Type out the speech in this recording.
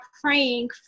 praying